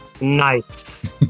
nice